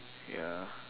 ya